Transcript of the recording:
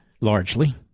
largely